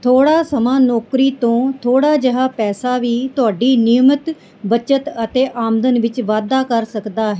ਥੋੜ੍ਹਾ ਸਮਾਂ ਨੌਕਰੀ ਤੋਂ ਥੋੜ੍ਹਾ ਜਿਹਾ ਪੈਸਾ ਵੀ ਤੁਹਾਡੀ ਨਿਯਮਿਤ ਬੱਚਤ ਅਤੇ ਆਮਦਨ ਵਿੱਚ ਵਾਧਾ ਕਰ ਸਕਦਾ